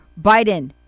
Biden